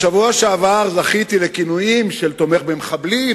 בשבוע שעבר זכיתי לכינויים של "תומך במחבלים",